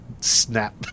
snap